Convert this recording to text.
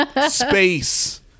Space